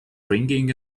ringing